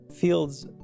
fields